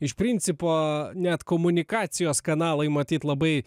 iš principo net komunikacijos kanalai matyt labai